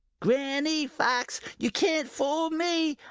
granny fox, you can't fool me!